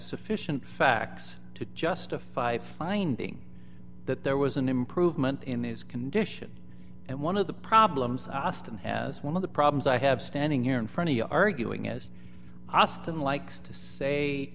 sufficient facts to justify finding that there was an improvement in his condition and one of the problems i asked him as one of the problems i have standing here in front of you arguing as austin likes to say